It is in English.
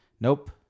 Nope